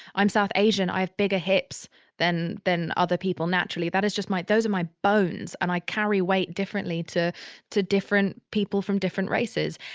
i'm south asian. i have bigger hips than, than other people. naturally. that is just my, those are my bones. and i carry weight differently to to different people from different races.